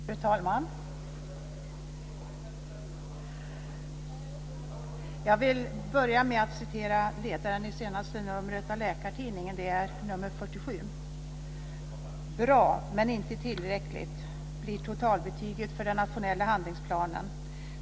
Fru talman! Jag vill börja med att citera ledaren i senaste numret av Läkartidningen, nr 47: "Bra, men inte tillräckligt, blir totalbetyget för den nationella handlingsplanen.